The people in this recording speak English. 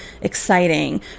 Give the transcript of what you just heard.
exciting